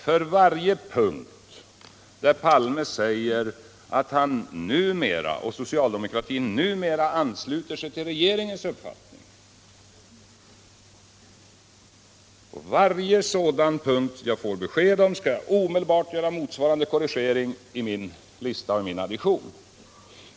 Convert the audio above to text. När jag får besked om att socialdemokratin numera ansluter sig till regeringens uppfattning skall jag omedelbart göra motsvarande korrigering i min lista och i min addition.